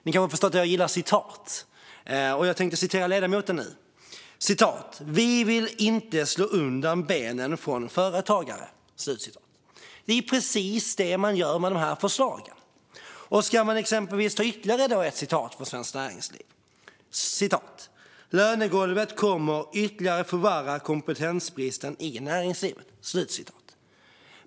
Ni har förstått att jag gillar citat, och nu tänkte jag citera ledamoten. Han har sagt att man inte vill slå undan benen för företagare, men det är ju precis det man gör med dessa förslag. Jag har ytterligare ett citat från Svenskt Näringsliv: "Lönegolvet kommer ytterligare förvärra kompetensbristen i näringslivet."